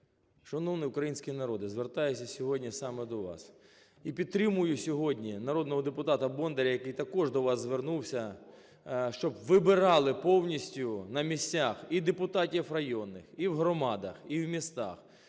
Шановний український народе, звертаюся сьогодні саме до вас. І підтримую сьогодні народного депутата Бондаря, який також до вас звернувся, щоб вибирали повністю на місцях і депутатів районних, і в громадах, і в містах.